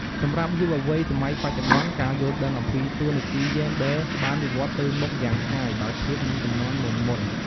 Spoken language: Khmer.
សម្រាប់យុវវ័យសម័យបច្ចុប្បន្ន ការយល់ដឹងអំពី តួនាទីយេនឌ័រ បានវិវត្តន៍ទៅមុខយ៉ាងឆ្ងាយបើធៀបនឹងជំនាន់មុនៗ។